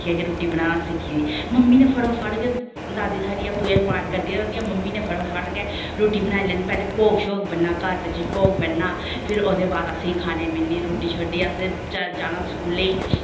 दिक्खियै गै रुट्टी बनाना सिक्खी दी मम्मी नै फटोफट गै दादी साढ़ी पूजा पाठ करदियां रौंह्दियां मम्मी नै फटोफट गै रुट्टी बनाई लैनी पैह्लें भोग शोग बनना घर बिच भोग बनना फिर ओह्दे बाद असें खाने ई मिलनी रुट्टी शुट्टी असें जाना स्कूलै ई ते